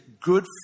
good